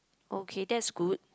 okay that's good